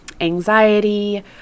anxiety